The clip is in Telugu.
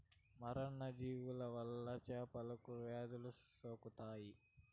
పరాన్న జీవుల వల్ల చేపలకు వ్యాధులు సోకుతాయి